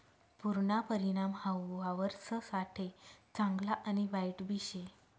पुरना परिणाम हाऊ वावरससाठे चांगला आणि वाईटबी शे